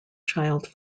children